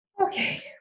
okay